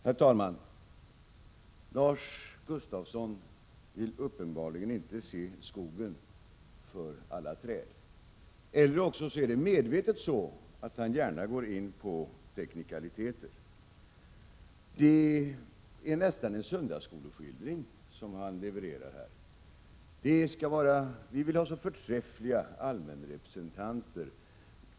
Herr talman! Lars Gustafsson vill uppenbarligen inte se skogen för alla träd, eller också är det så att han medvetet går in på teknikaliteter. Det är nästan en söndagsskoleskildring som han levererar här: Vi vill ha så förträffliga allmänrepresentanter.